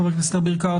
חבר הכנסת אביר קארה,